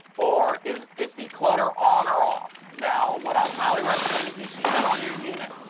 or is is declutter on or off. now what i'd highly recommend if you see that on your unit,